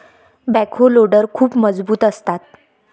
backhoe loader खूप मजबूत असतात